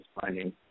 finding